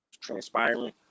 transpiring